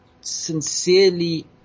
sincerely